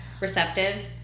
Receptive